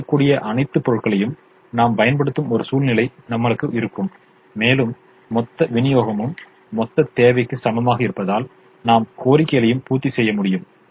இறுதியாக கிடைக்கக்கூடிய அனைத்து பொருட்களையும் நாம் பயன்படுத்தும் ஒரு சூழ்நிலை நம்மளுக்கு இருக்கும் மேலும் மொத்த விநியோகமும் மொத்த தேவைக்கு சமமாக இருப்பதால் நாம் கோரிக்கைகளையும் பூர்த்தி செய்ய முடியும்